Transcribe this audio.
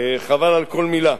חבל על כל מלה,